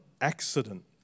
accident